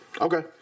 Okay